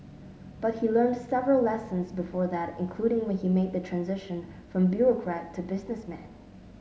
but he learnt several lessons before that including when he made the transition from bureaucrat to businessman